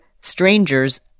strangers